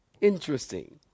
Interesting